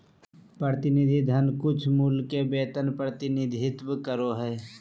प्रतिनिधि धन कुछमूल्य के वेतन प्रतिनिधित्व करो हइ